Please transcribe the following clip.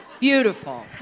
Beautiful